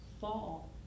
fall